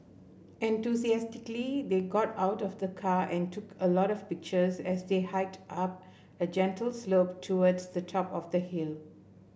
enthusiastically they got out of the car and took a lot of pictures as they hiked up a gentle slope towards the top of the hill